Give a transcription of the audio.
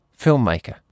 filmmaker